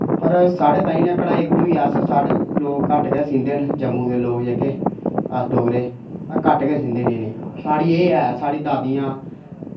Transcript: पर साढ़े ताईं इ'यां कढ़ाई कढ़ूई अस साढ़े लोक घट्ट गै सींदे न जम्मू दे लोक जेह्के अस डोगरे घट्ट गै सींदे न इ'नें साढ़ी एह् ऐ साढ़ी दादियां